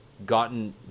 Gotten